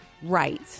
Right